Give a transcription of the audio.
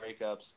breakups